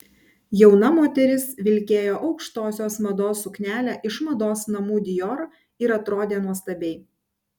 jauna moteris vilkėjo aukštosios mados suknelę iš mados namų dior ir atrodė nuostabiai